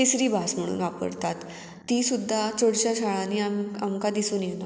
तिसरी भास म्हणून वापरतात ती सुद्दां चडश्या शाळांनी आम आमकां दिसून येना